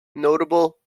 notable